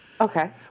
Okay